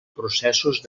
processos